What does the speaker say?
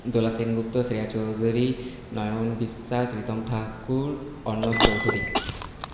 Dola Sengupta Shreya Chowdhury Nayan Biswas Ritam Thakur Arnab Chowdhury